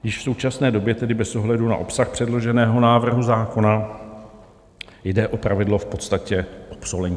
Již v současné době tedy bez ohledu na obsah předloženého návrhu zákona jde o pravidlo v podstatě obsolentní.